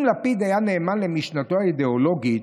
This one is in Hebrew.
אם לפיד היה נאמן למשנתו האידיאולוגית,